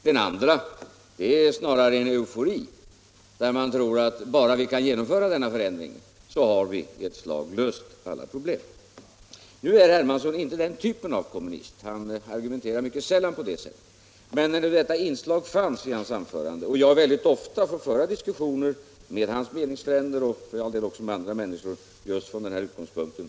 Den andra reaktionen är snarare en eufori, grundad på tron att bara vi kan genomföra denna förändring, så har vi i ett slag löst alla problem. Nu är emellertid herr Hermansson inte den typen av kommunist. Han argumenterar mycket sällan på det sättet. Men detta inslag fanns ändå med i hans anförande. Och jag har väldigt ofta fått föra diskussioner med hans meningsfränder — och för all del även med andra — just från den utgångspunkten.